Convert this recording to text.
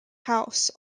house